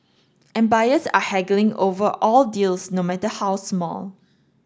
and buyers are haggling over all deals no matter how small